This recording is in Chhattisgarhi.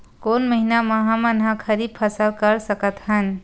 कोन महिना म हमन ह खरीफ फसल कर सकत हन?